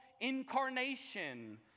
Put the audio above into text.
incarnation